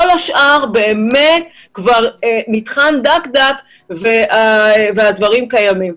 כל השאר באמת כבר נטחן דק דק והדברים קיימים.